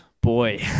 boy